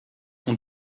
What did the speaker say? ont